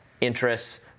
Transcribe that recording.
interests